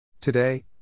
Today